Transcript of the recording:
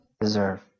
deserve